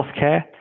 healthcare